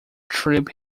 trip